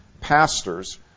pastors